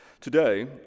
Today